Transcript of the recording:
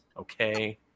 Okay